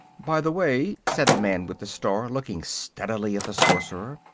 by the way, said the man with the star, looking steadily at the sorcerer,